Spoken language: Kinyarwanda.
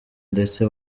ndetse